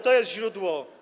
To jest źródło.